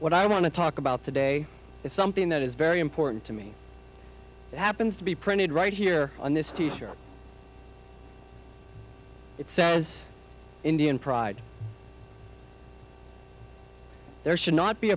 what i want to talk about today is something that is very important to me that happens to be printed right here on this teacher it says indian pride there should not be